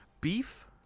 beef